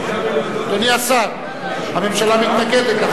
אדוני השר, הממשלה מתנגדת.